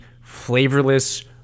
flavorless